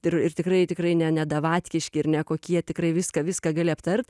ir ir tikrai tikrai ne ne davatkiški ir nekokie tikrai viską viską gali aptart